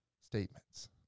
statements